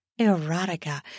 Erotica